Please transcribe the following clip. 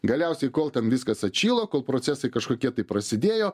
galiausiai kol ten viskas atšyla kol procesai kažkokie tai prasidėjo